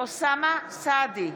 אוסאמה סעדי,